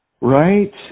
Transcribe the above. Right